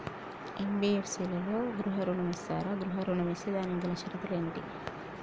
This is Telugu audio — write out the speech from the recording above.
ఎన్.బి.ఎఫ్.సి లలో గృహ ఋణం ఇస్తరా? గృహ ఋణం ఇస్తే దానికి గల షరతులు ఏమిటి?